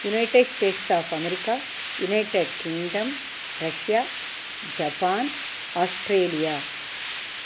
United States of America United Kingdom Russia Japan Australia